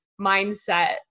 mindset